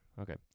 Okay